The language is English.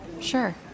Sure